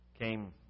came